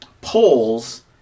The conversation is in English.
polls